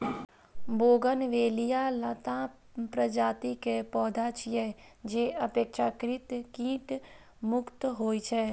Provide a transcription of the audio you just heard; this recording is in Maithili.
बोगनवेलिया लता प्रजाति के पौधा छियै, जे अपेक्षाकृत कीट मुक्त होइ छै